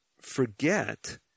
forget